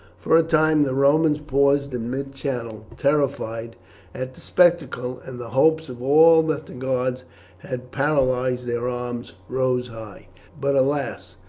for a time the romans paused in mid channel, terrified at the spectacle, and the hopes of all that the gods had paralysed their arms rose high but, alas!